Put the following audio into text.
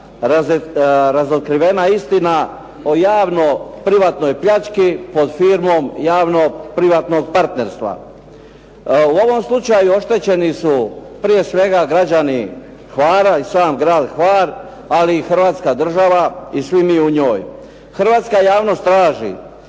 razotkrivena istina o javno privatnoj pljački pod firmom javno privatnog partnerstva. U ovom slučaju oštećeni su prije svega građani Hvara i sam grad Hvar ali i Hrvatska država i svi mi u njoj. Hrvatska javnost traži